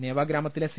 നേവ ഗ്രാമത്തിലെ സി